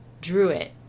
Druitt